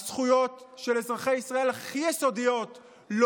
הזכויות הכי יסודיות של אזרחי ישראל,